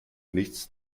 nichts